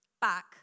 back